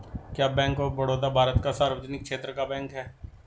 क्या Bank of Baroda Bharat का सार्वजनिक क्षेत्र का बैंक है?